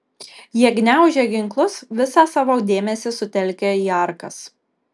jie gniaužė ginklus visą savo dėmesį sutelkę į arkas